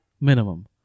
minimum